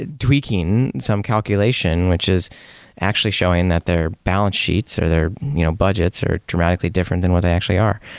ah tweaking some calculation, which is actually showing that their balance sheets or their annual you know budgets are dramatically different than what they actually are.